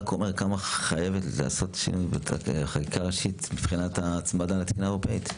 כמה חייב להיעשות שינוי בחקיקה ראשית מבחינת ההצמדה לחקיקה האירופאית.